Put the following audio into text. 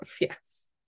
yes